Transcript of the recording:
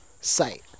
site